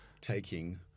taking